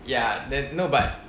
ya then no but